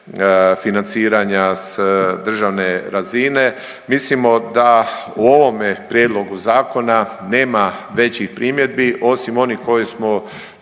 financiranja s državne razine. Mislimo da u ovome prijedlogu zakona nema većih primjedbi osim onih koje smo